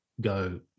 go